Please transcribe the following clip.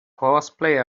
horseplay